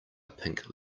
pink